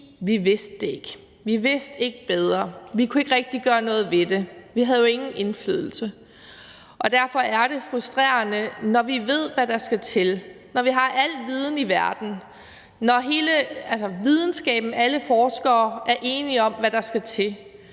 vidste det, at vi ikke vidste bedre, at vi ikke rigtig kunne gøre noget ved det, og at vi ingen indflydelse havde. Derfor er det frustrerende, når vi ved, hvad der skal til, når vi har al viden i verden, når hele videnskaben, alle forskere, er enige om, hvad der skal til,